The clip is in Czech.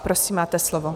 Prosím, máte slovo.